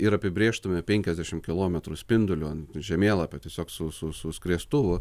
ir apibrėžtume penkiasdešimt kilometrų spinduliu ant žemėlapio tiesiog su su su skriestuvu